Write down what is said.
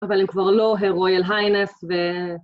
אבל הם כבר לא, הרויאל היינס ו...